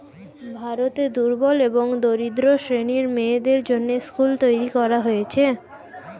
ভারতে দুর্বল এবং দরিদ্র শ্রেণীর মেয়েদের জন্যে স্কুল তৈরী করা হয়েছে